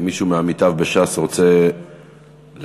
אם מישהו מעמיתיו בש"ס רוצה להתריע